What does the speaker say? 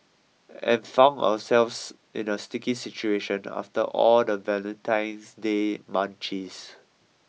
and found ourselves in a sticky situation after all the Valentine's Day munchies